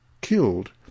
killed